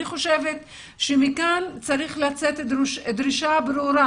אני חושבת שמכאן צריכה לצאת דרישה ברורה